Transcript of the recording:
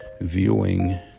Viewing